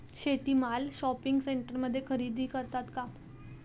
शेती माल शॉपिंग सेंटरमध्ये खरेदी करतात का?